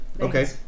Okay